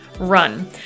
Run